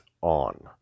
on